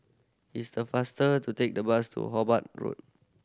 it's the faster to take the bus to Hobart Road